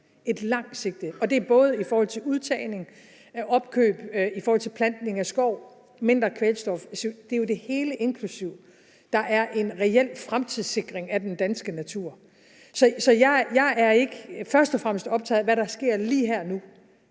et langt sigte – og det er både i forhold til udtagning af jord og opkøb til plantning af skov og i forhold til mindre kvælstof. Det er jo det hele, der er inkluderet, og der er en reel fremtidssikring af den danske natur. Så jeg er ikke først og fremmest optaget af, hvad der sker lige her og